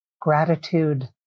gratitude